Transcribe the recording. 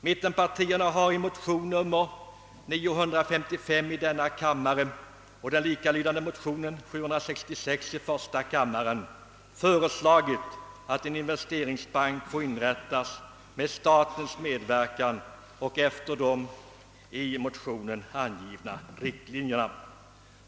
Mittenpartierna har i de likalydande motionerna I:766 och II:955 föreslagit att en investeringsbank skall inrättas med statens medverkan enligt i motionerna angivna riktlinjer.